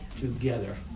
together